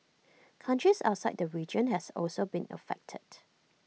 countries outside the region has also been affected